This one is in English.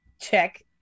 check